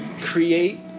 create